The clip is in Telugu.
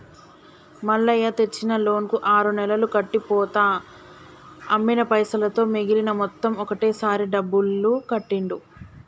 మల్లయ్య తెచ్చిన లోన్ కు ఆరు నెలలు కట్టి పోతా అమ్మిన పైసలతో మిగిలిన మొత్తం ఒకటే సారి డబ్బులు కట్టిండు